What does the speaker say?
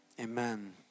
Amen